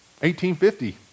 1850